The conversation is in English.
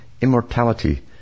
immortality